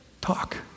talk